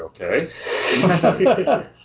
Okay